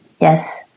yes